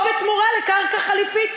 או בתמורה לקרקע חליפית.